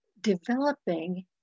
developing